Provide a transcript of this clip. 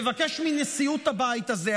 מבקש מנשיאות הבית הזה,